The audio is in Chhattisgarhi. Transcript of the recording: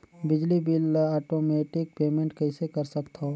बिजली बिल ल आटोमेटिक पेमेंट कइसे कर सकथव?